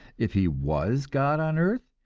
if he was god on earth,